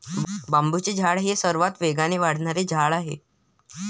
बांबूचे झाड हे सर्वात वेगाने वाढणारे झाड आहे